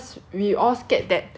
then I think I booked it at like